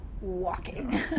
walking